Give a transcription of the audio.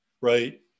right